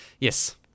Yes